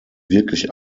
wirklich